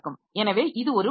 எனவே இது ஒரு வாய்ப்பு